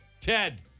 Ted